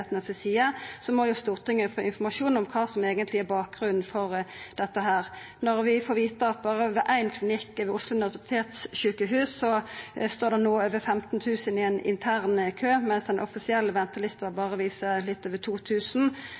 helsemyndigheitene si side, må jo Stortinget få informasjon om kva som eigentleg er bakgrunnen for dette. Når vi får vita at berre ved éin klinikk ved Oslo universitetssjukehus står det no over 15 000 i ein intern kø, mens den offisielle ventelista viser berre litt over